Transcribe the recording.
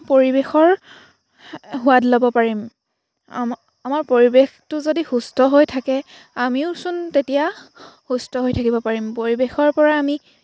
পৰিৱেশৰ সোৱাদ ল'ব পাৰিম আমাৰ পৰিৱেশটো যদি সুস্থ হৈ থাকে আমিওচোন তেতিয়া সুস্থ হৈ থাকিব পাৰিম পৰিৱেশৰ পৰা আমি